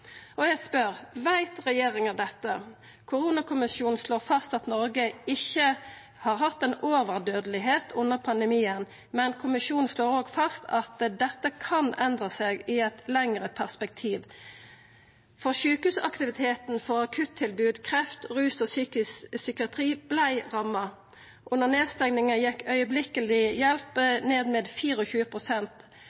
Eg spør: Veit regjeringa dette? Koronakommisjonen slår fast at Noreg ikkje har hatt ei overdødelegheit under pandemien, men kommisjonen slår òg fast at dette kan endra seg i eit lengre perspektiv, for sjukehusaktiviteten når det gjeld akuttilbod, kreft, rus og psykiatri, vart ramma. Under nedstenginga gjekk augeblikkeleg hjelp